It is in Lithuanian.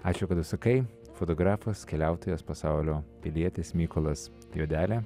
ačiū kad užsukai fotografas keliautojas pasaulio pilietis mykolas jodelė